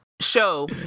show